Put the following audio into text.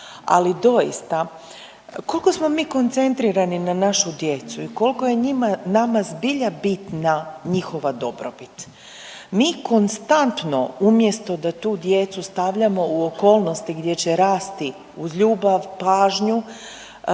ali doista koliko smo mi koncentrirani na našu djecu i koliko je njima, nama zbilja bitna njihova dobrobit. Mi konstantno umjesto da tu djecu stavljamo u okolnosti gdje će rasti uz ljubav, pažnju